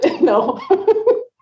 No